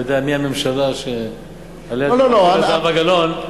יודע מי הממשלה שעליה דיברה זהבה גלאון.